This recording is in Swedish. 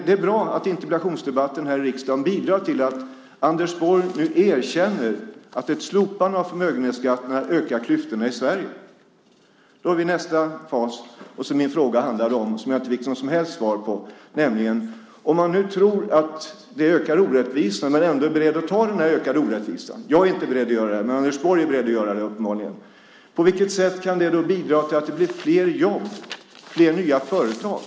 Det är bra att interpellationsdebatten i riksdagen bidrar till att Anders Borg nu erkänner att ett slopande av förmögenhetsskatten ökar klyftorna i Sverige. Det för oss in i nästa fas, det som min fråga handlade om och som jag inte fick något som helst svar på. Om man tror att slopandet av förmögenhetsskatten ökar orättvisorna men ändå är beredd att ta de ökade orättvisorna - jag är inte beredd att göra det, men det är uppenbarligen Anders Borg - är frågan: På vilket sätt kan det bidra till fler jobb, fler nya företag?